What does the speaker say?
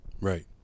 Right